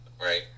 right